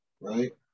right